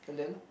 and then